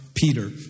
Peter